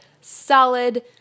solid